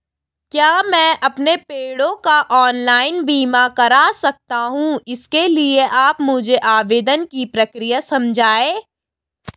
क्या मैं अपने पेड़ों का ऑनलाइन बीमा करा सकता हूँ इसके लिए आप मुझे आवेदन की प्रक्रिया समझाइए?